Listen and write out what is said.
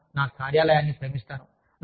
నేను నా కార్యాలయాన్ని ప్రేమిస్తాను